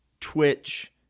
twitch